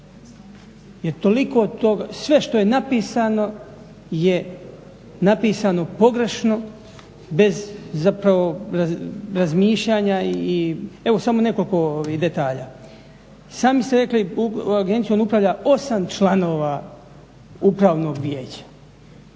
jer toliko toga, sve što je napisano je napisano pogrešno, bez zapravo razmišljanja i evo samo nekoliko detalja. Sami ste rekli, agencijom upravlja osam članova upravnog vijeća,